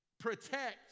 Protect